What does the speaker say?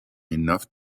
enough